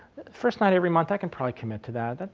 first night every month i can probably commit to that,